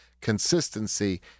consistency